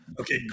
Okay